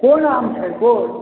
कोन आम छै कोन